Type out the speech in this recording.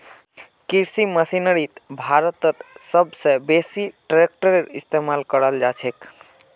कृषि मशीनरीत भारतत सब स बेसी ट्रेक्टरेर इस्तेमाल कराल जाछेक